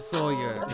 Sawyer